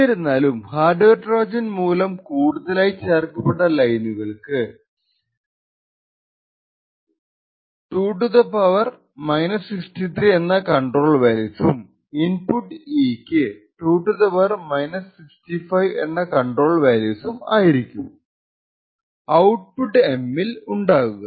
എന്നിരുന്നാലും hardware trojan മൂലം കൂടുതലായി ചേർക്കപ്പെട്ട ലൈനുകൾക്ക് 2 എന്ന കണ്ട്രോൾ വാല്യൂവും ഇന്പുട് E യ്ക്ക് 2 എന്ന കണ്ട്രോൾ വാല്യൂവും ആയിരിക്കും ഔട്ട്പുട്ട് M ൽ ഉണ്ടാവുക